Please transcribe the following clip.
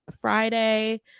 friday